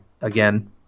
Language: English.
again